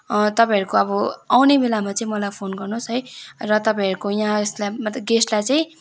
तपाईँहरूको अब आउने बेलामा चाहिँ मलाई फोन गर्नुहोस् है र तपाईँहरूको यहाँ यसलाई मतलब गेस्टलाई चाहिँ